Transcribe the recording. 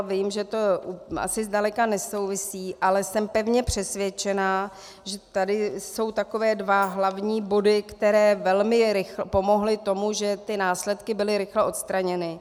Vím, že to asi zdaleka nesouvisí, ale jsem pevně přesvědčená, že tady jsou takové dva hlavní body, které velmi pomohly tomu, že ty následky byly rychle odstraněny.